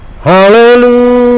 hallelujah